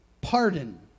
pardon